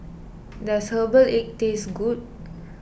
does Herbal Egg taste good